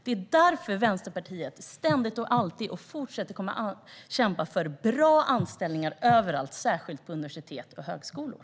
Det är därför Vänsterpartiet ständigt kämpar, och kommer att fortsätta att göra så, för bra anställningar överallt och särskilt på universitet och högskolor.